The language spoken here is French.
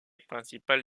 principale